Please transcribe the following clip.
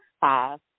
Five